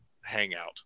hangout